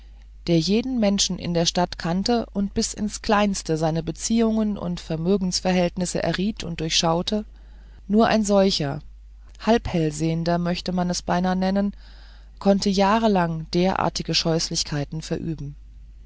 der jeden menschen in der stadt kannte und bis ins kleinste seine beziehungen und vermögensverhältnisse erriet und durchschaute nur ein solcher halbhellsehender möchte man es beinahe nennen konnte jahrelang derartige scheußlichkeiten verüben